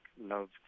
loved